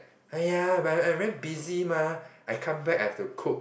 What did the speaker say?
!aiya! but I very busy mah I come back I have to cook